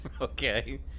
okay